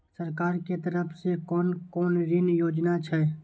सरकार के तरफ से कोन कोन ऋण योजना छै?